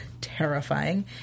terrifying